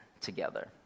together